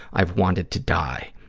i've wanted to die.